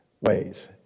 ways